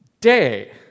day